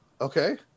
Okay